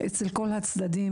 אצל כל הצדדים,